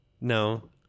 No